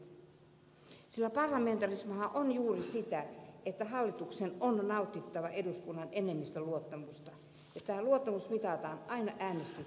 parlamentarismihan on juuri sitä että hallituksen on nautittava eduskunnan enemmistön luottamusta ja tämä luottamus mitataan aina äänestyksissä